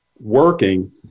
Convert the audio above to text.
working